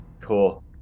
Cool